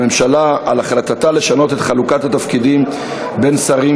הממשלה על החלטתה לשנות את חלוקת התפקידים בין שרים,